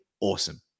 awesome